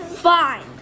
Fine